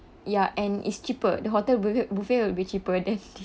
ya and it's cheaper the hotel buffe~ buffet will be cheaper than